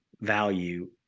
value